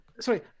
Sorry